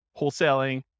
wholesaling